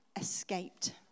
escaped